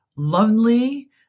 lonely